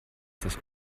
das